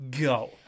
go